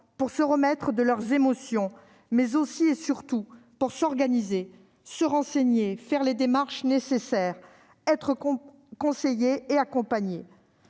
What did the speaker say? pour se remettre de leurs émotions, mais aussi, et surtout, pour s'organiser, se renseigner, effectuer les démarches nécessaires, être conseillées et accompagnées.